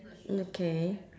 okay